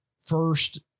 First